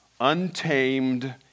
untamed